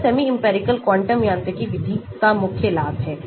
यह semi empirical quantum यांत्रिकी विधि का मुख्य लाभ है